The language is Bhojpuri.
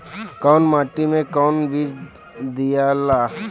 कौन माटी मे कौन बीज दियाला?